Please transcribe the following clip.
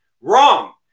Wrong